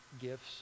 gifts